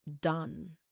done